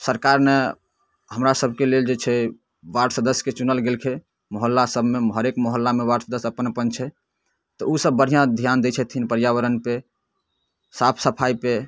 सरकार ने हमरासभके लेल जे छै वार्ड सदस्यके चुनल गेलखिन मोहल्लासबमे हरेक मोहल्लामे वार्ड सदस्य अपन अपन छै तऽ ओसभ बढ़िआँ धिआन दै छथिन पर्यावरणपर साफ सफाइपर